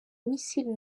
missile